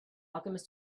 alchemist